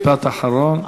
משפט אחרון.